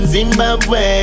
Zimbabwe